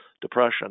depression